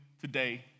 today